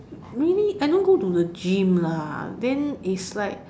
really I don't go the gym lah then it's like